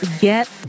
get